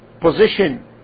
position